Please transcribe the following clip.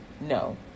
No